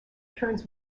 turns